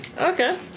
Okay